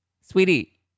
Sweetie